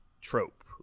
trope